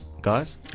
guys